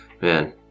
man